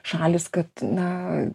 šalys kad na